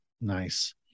Nice